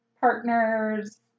partners